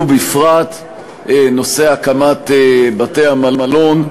ובפרט נושא הקמת בתי-מלון,